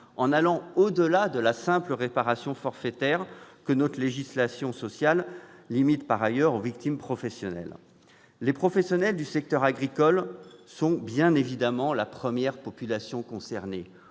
en allant au-delà de la simple réparation forfaitaire, que notre législation sociale limite aux victimes professionnelles. Les professionnels du secteur agricole sont bien évidemment la première population concernée.